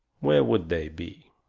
where would they be?